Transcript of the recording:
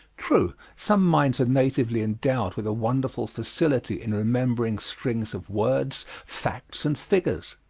true, some minds are natively endowed with a wonderful facility in remembering strings of words, facts, and figures,